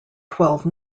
twelve